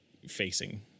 Facing